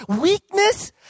weakness